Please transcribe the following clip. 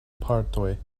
partoj